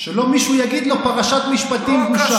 שלא מישהו יגיד לו "פרשת משפטים בושה".